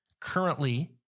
Currently